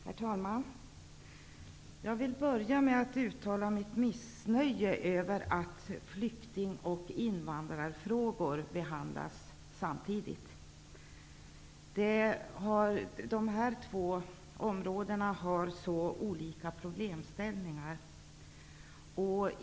Herr talman! Jag vill börja med att uttala mitt missnöje över att flykting och invandrarfrågor behandlas samtidigt. De här två områdena har så olika problemställningar.